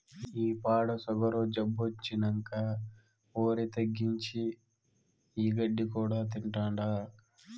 ఈ పాడు సుగరు జబ్బొచ్చినంకా ఒరి తగ్గించి, ఈ గడ్డి కూడా తింటాండా